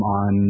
on